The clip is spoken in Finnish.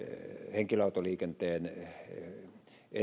henkilöautoliikenteen